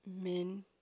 men